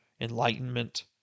enlightenment